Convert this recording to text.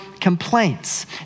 complaints